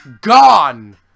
Gone